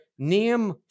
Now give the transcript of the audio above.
Name